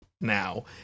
now